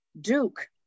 Duke